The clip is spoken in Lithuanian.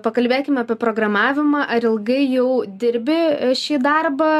pakalbėkime apie programavimą ar ilgai jau dirbi šį darbą